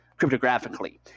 cryptographically